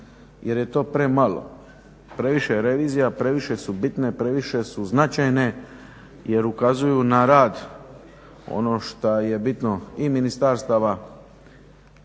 jer je to premalo. Previše je revizija, previše su bitne, previše su značajne jer ukazuju na rad ono šta je bitno i ministarstava